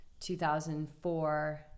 2004